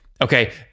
Okay